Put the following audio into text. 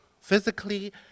physically